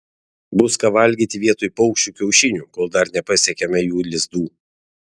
bus ką valgyti vietoj paukščių kiaušinių kol dar nepasiekėme jų lizdų